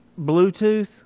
Bluetooth